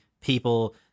people